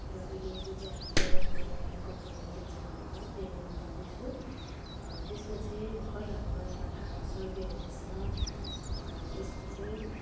र अहिले जुन चाहिँ हाम्रो यो नयाँ कम्पनी जुन चाहिँ भन्नुभयो ए म भन्दैछु त्यसमा चाहिँ भर्खर अब नयाँ काम सर्बे हुँदैछ त्यसमा चाहिँ